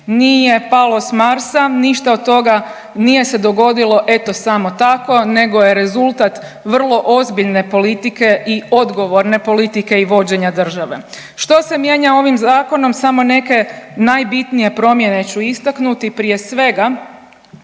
nije palo s Marsa, ništa od toga nije se dogodilo, eto samo tako, nego je rezultat vrlo ozbiljne politike i odgovorne politike i vođenja države. Što se mijenja ovim Zakonom, samo neke najbitnije promjene ću istaknuti, prije svega,